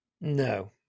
No